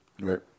Right